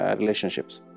relationships